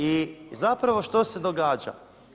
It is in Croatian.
I zapravo što se događa?